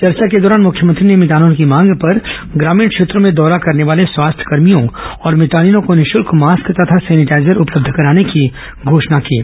चर्चा के दौरान मुख्यमंत्री ने भितानिनों की मांग पर ग्रामीण क्षेत्रों में दौरा करने वाले स्वास्थ्यकर्भियों और मितानिनों को निःशल्क मास्क तथा सेनिटाइजर उपलब्ध कराने की घोषणा की है